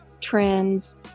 trends